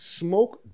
smoke